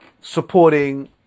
supporting